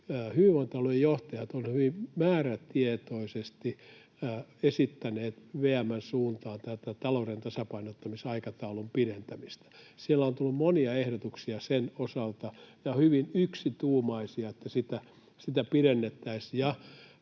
Hyvinvointialueiden johtajat ovat hyvin määrätietoisesti esittäneet VM:n suuntaan tätä talouden tasapainottamisaikataulun pidentämistä. Siellä on tullut monia hyvin yksituumaisia ehdotuksia sen osalta, että sitä pidennettäisiin.